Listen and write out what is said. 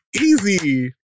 Easy